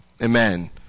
Amen